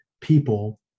people